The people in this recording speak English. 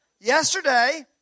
Yesterday